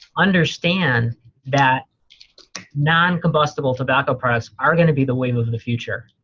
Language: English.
understand that non-combustible tobacco products are gonna be the wave of the future.